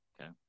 Okay